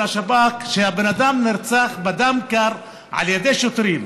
השב"כ שהבן אדם נרצח בדם קר על ידי שוטרים.